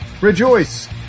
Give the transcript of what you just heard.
Rejoice